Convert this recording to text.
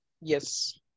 Yes